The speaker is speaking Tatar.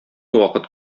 вакыт